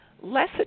less